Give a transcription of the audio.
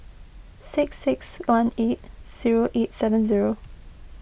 six six one eight zero eight seven zero